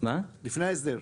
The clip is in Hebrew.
לפני ההסדר.